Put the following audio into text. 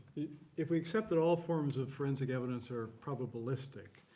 if we accept that all forms of forensic evidence are probabilistic,